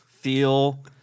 Feel